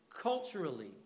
Culturally